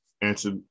answer